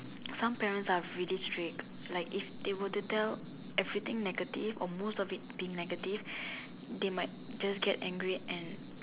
some parents are really strict like if they were to tell everything negative or most of it being negative they might just get angry and